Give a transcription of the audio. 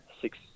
six